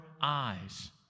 eyes